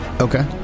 Okay